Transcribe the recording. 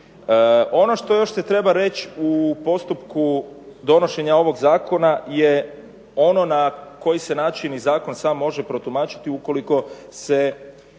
Ono što još se treba reći u postupku donošenja ovog zakona je ono na koji se način i zakon sam može protumačiti, ukoliko zapne